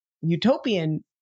utopian